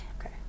Okay